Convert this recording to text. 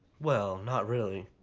well, not really,